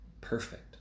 Perfect